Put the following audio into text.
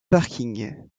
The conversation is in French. parking